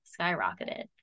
skyrocketed